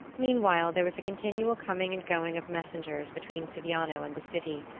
meanwhile there was a continual coming and going of messengers between siviano and the city.